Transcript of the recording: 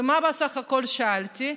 ומה בסך הכול שאלתי?